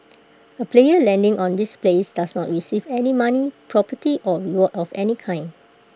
A player landing on this place does not receive any money property or reward of any kind